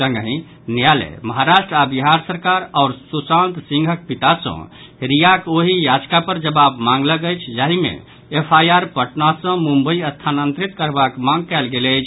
संगहि न्यायालय महाराष्ट्र आ बिहार सरकार आओर सुशांत सिंहक पिता सॅ रियाक ओहि याचिका पर जवाब मांगलक अछि जाहि मे एफआईआर पटना सॅ मुंबई स्थानांतरित करबाक मांग कयल गेल अछि